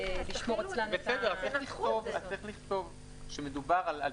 אז צריך לכתוב שמדובר על דיווח,